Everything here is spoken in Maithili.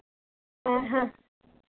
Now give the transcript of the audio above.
हँ हँ